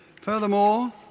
Furthermore